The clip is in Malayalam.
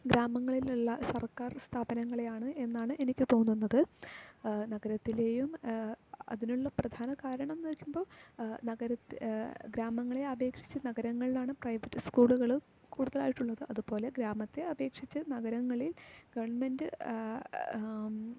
ഗ്രാമങ്ങളിലുള്ള സർക്കാർ സ്ഥാപനങ്ങളെയാണ് എന്നാണ് എനിക്ക് തോന്നുന്നത് നഗരത്തിലെയും അതിനുള്ള പ്രധാന കാരണമെന്നു ചോദിക്കുമ്പോൾ നഗര ഗ്രാമങ്ങളെ അപേക്ഷിച്ച് നഗരങ്ങളിലാണ് പ്രൈവറ്റ് സ്കൂളുകളും കൂടുതലായിട്ടുള്ളത് അതുപോലെ ഗ്രാമത്തെ അപേക്ഷിച്ച് നഗരങ്ങളിൽ ഗവണ്മെൻറ്റ്